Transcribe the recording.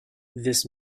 this